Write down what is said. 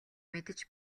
мэдэж